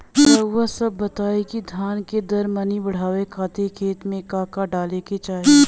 रउआ सभ बताई कि धान के दर मनी बड़ावे खातिर खेत में का का डाले के चाही?